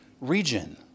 region